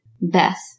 Beth